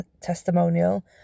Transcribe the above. testimonial